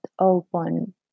open